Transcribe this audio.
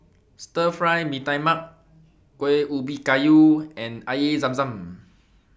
Stir Fry Mee Tai Mak Kuih Ubi Kayu and Air Zam Zam